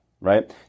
right